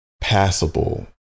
passable